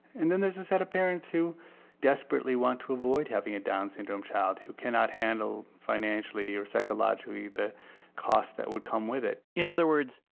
and then there's the set of parents who desperately want to avoid having a down syndrome child, who cannot handle financially or psychologically the cost that would come with it in other words,